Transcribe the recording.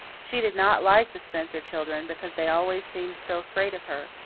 she did not like the spencer children because they always seemed so afraid of her.